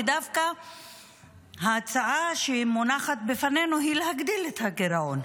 ודווקא ההצעה שמונחת בפנינו היא להגדיל את הגירעון,